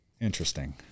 Interesting